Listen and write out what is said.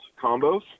combos